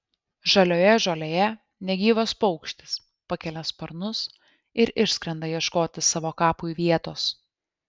žalioje žolėje negyvas paukštis pakelia sparnus ir išskrenda ieškoti savo kapui vietos